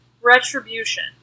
Retribution